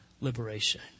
liberation